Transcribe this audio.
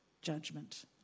judgment